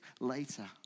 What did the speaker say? later